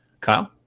Kyle